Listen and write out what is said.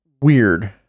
weird